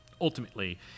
Ultimately